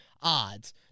odds